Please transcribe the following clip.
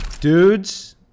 dudes